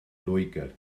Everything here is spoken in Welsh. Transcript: loegr